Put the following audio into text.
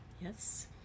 yes